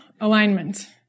alignment